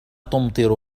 تمطر